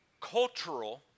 cultural